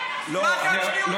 מה זה הצביעות הזאת, תגיד?